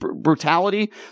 brutality